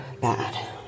bad